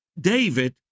David